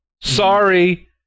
Sorry